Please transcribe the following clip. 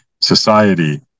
society